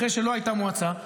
אחרי שלא הייתה מועצה.